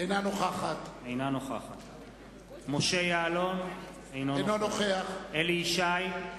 אינה נוכחת משה יעלון, אינו נוכח אליהו ישי,